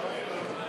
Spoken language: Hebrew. מענקי בינוי ושיכון,